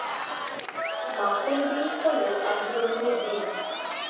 মাখন বিন্স হল এক ধরনের বিন্স